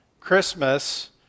Christmas